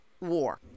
War